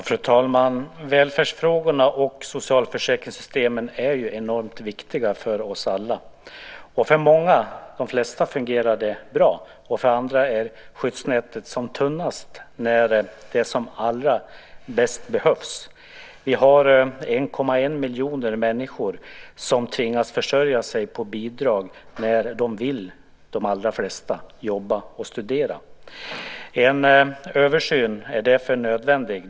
Fru talman! Välfärdsfrågorna och socialförsäkringssystemen är ju enormt viktiga för oss alla. För många, de flesta, fungerar det bra. För andra är skyddsnätet som tunnast när det som allra bäst behövs. Vi har 1,1 miljon människor som tvingas försörja sig på bidrag när de vill, de allra flesta, jobba och studera. En översyn är därför nödvändig.